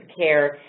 care